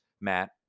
Matt